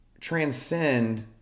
transcend